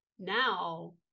now